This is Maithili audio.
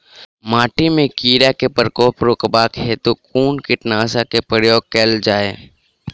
माटि मे कीड़ा केँ प्रकोप रुकबाक हेतु कुन कीटनासक केँ प्रयोग कैल जाय?